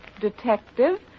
detective